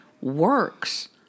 works